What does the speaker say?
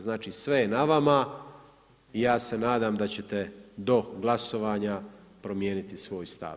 Znači sve je na vama i ja se nadam da ćete do glasovanja promijeniti svoj stav.